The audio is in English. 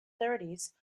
thirties